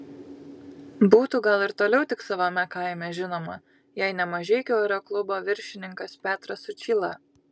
būtų gal ir toliau tik savame kaime žinoma jei ne mažeikių aeroklubo viršininkas petras sučyla